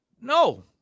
No